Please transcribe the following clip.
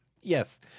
Yes